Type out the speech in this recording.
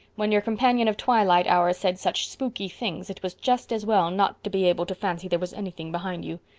when your companion of twilight hour said such spooky things it was just as well not to be able to fancy there was anything behind you.